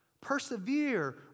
Persevere